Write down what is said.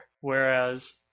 whereas